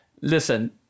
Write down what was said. listen